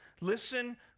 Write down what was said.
Listen